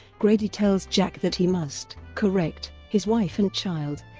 grady tells jack that he must correct his wife and child